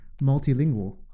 multilingual